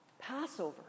Passover